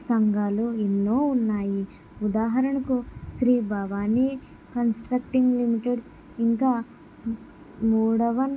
సంఘాలు ఎన్నో ఉన్నాయి ఉదాహరణకు శ్రీ భవాని కంస్ట్రక్టింగ్ లిమిటెడ్ ఇంకా మూడో వన్